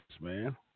man